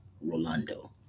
Rolando